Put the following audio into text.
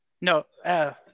No